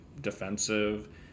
defensive